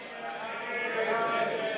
מי נמנע?